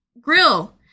grill